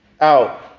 out